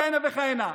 כהנה וכהנה.